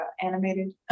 animated